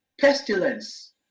pestilence